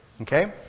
Okay